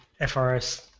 FRS